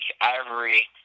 Ivory